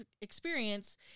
experience